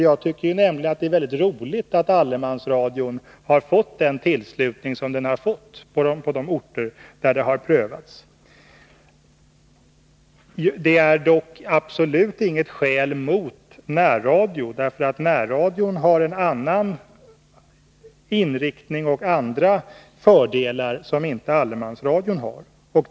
Jag tycker nämligen att det är väldigt roligt att allemansradion har fått den tillslutning som den fått på de orter där den har prövats. Det är dock absolut inget skäl mot närradio, därför att närradion har andra fördelar som inte allemansradion har.